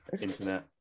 internet